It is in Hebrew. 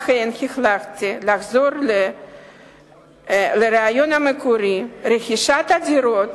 לכן, החלטתי לחזור לרעיון המקורי, רכישת הדירות